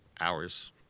Hours